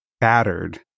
battered